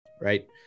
Right